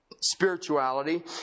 spirituality